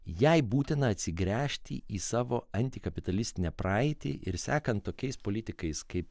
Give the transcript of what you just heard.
jei būtina atsigręžti į savo antikapitalistinę praeitį ir sekant tokiais politikais kaip